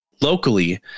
Locally